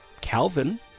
Calvin